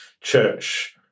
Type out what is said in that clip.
church